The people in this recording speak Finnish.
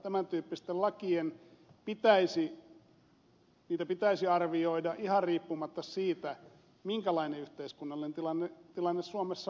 minusta tämän tyyppisiä lakeja pitäisi arvioida ihan riippumatta siitä minkälainen yhteiskunnallinen tilanne suomessa vallitsee